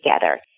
together